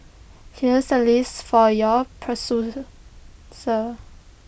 here's A list for your pursue sir